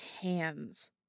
hands